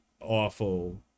awful